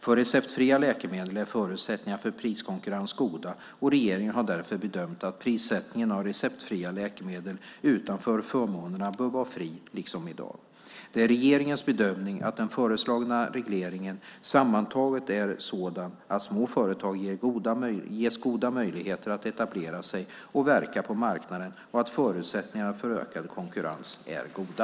För receptfria läkemedel är förutsättningarna för priskonkurrens goda, och regeringen har därför bedömt att prissättningen av receptfria läkemedel utanför förmånerna bör vara fri, liksom i dag. Det är regeringens bedömning att den föreslagna regleringen sammantagen är sådan att små företag ges goda möjligheter att etablera sig och verka på marknaden och att förutsättningarna för ökad konkurrens är goda.